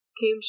came